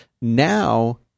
now